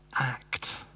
act